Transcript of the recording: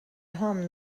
home